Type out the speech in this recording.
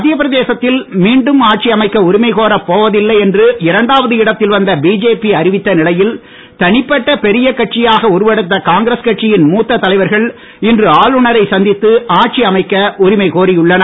மத்தியப் பிரதேசத்தில் மீண்டும் ஆட்சி அமைக்க உரிமை கோரப்போவதில்லை என்று இரண்டாவது இடத்தில் வந்த பிஜேபி அறிவித்த நிலையில் தனிப்பட்ட பெரிய கட்சியாக உருவெடுத்த காங்கிரஸ் கட்சியின் மூத்த தலைவர்கள் இன்று ஆளுநரை சந்தித்து ஆட்சி அமைக்க உரிமை கோரியுள்ளனர்